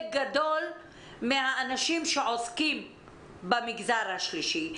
גדול מהאנשים שעוסקים במגזר השלישי.